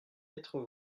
être